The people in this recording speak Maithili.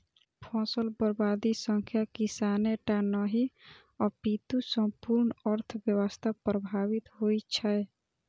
फसल बर्बादी सं किसाने टा नहि, अपितु संपूर्ण अर्थव्यवस्था प्रभावित होइ छै